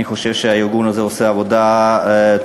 אני חושב שהארגון הזה עושה עבודה טובה.